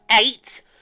eight